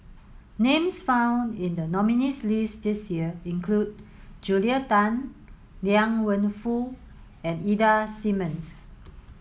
names found in the nominees' list this year include Julia Tan Liang Wenfu and Ida Simmons